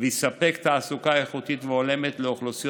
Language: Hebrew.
ויספק תעסוקה איכותית והולמת לאוכלוסיות